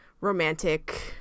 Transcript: romantic